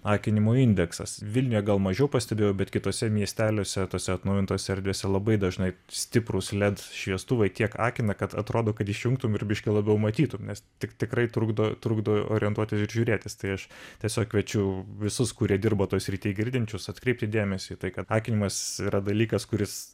akinimo indeksas vilniuje gal mažiau pastebėjau bet kituose miesteliuose tose atnaujintose erdvėse labai dažnai stiprūs led šviestuvai tiek akina kad atrodo kad išjungtum ir biškį labiau matytum nes tik tikrai trukdo trukdo orientuotis ir žiūrėtis tai aš tiesiog kviečiu visus kurie dirba toj srity girdinčius atkreipti dėmesį į tai kad akinimas yra dalykas kuris